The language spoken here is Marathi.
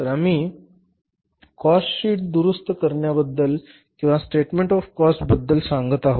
तर आम्ही कॉस्ट शीट दुरुस्ती करण्याबद्दल किंवा स्टेटमेंट ऑफ कॉस्ट बद्दल सांगत आहोत